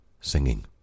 singing